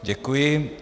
Děkuji.